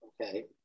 okay